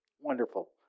Wonderful